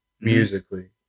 musically